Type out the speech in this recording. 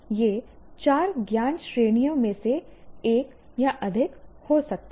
यह चार ज्ञान श्रेणियों में से एक या अधिक हो सकता है